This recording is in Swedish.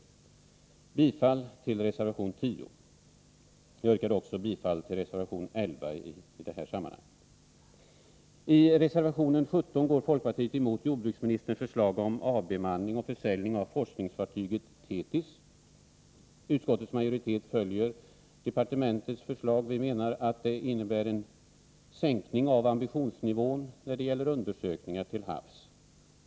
Jag yrkar bifall till reservation 10. Jag yrkar också bifall till reservation 11. I reservation 17 går folkpartiet emot jordbruksministerns förslag om avbemanning och försäljning av forskningsfartyget Thetis. Utskottets majoritet följer departementets förslag. Vi menar att det innebär en oförsvarlig sänkning av ambitionsnivån när det gäller undersökningar till havs.